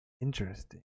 Interesting